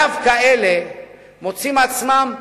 דווקא אלה מוצאים עצמם,